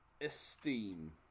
Esteem